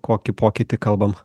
kokį pokytį kalbam